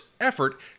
effort